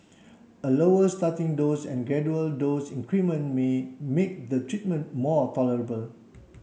a lower starting dose and gradual dose increment may make the treatment more tolerable